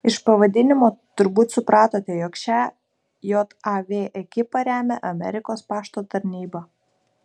iš pavadinimo turbūt supratote jog šią jav ekipą remia amerikos pašto tarnyba